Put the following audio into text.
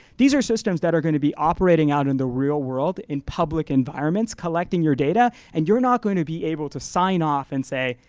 these are systems that are gonna be operating out in the real world, in public environments, collecting your data. and you're not gonna be able to sign off and say,